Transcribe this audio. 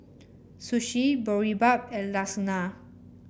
sushi Boribap and Lasagna